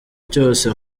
cyose